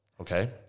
Okay